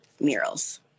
murals